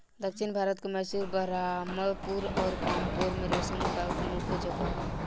दक्षिण भारत के मैसूर, बरहामपुर अउर पांपोर में रेशम उगावे के मुख्या जगह ह